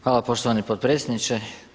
Hvala poštovani potpredsjedniče.